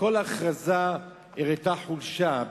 כל הכרזה הראתה חולשה,